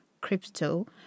crypto